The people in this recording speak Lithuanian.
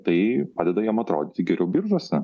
tai padeda jom atrodyti geriau biržose